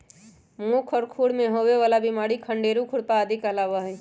मुह और खुर में होवे वाला बिमारी खंडेरू, खुरपा आदि कहलावा हई